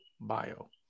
bio